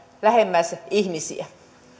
lähemmäs ihmisiä